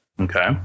Okay